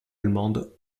allemande